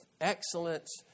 excellence